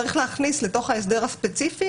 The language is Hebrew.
צריך להכניס לתוך ההסדר הספציפי